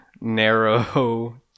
narrow